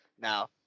now